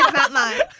um not mine